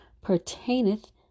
pertaineth